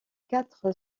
quatre